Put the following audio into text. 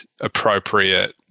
appropriate